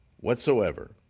whatsoever